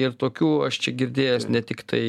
ir tokių aš čia girdėjęs ne tik tai